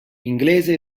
inglese